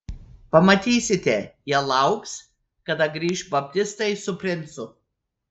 pamatysite jie lauks kada grįš baptistai su princu